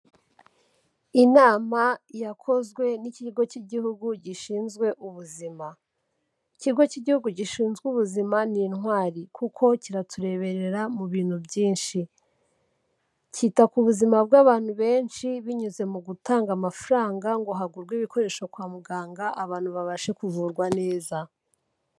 Inama yakozwe n'ikigo K'Igihugu Gishinzwe Ubuzima, Ikigo k'Igihugu Gishinzwe Ubuzima ni intwari kuko kiratureberera mu bintu byinshi, kita ku buzima bw'abantu benshi binyuze mu gutanga amafaranga ngo hagurwe ibikoresho kwa muganga abantu babashe kuvurwa neza.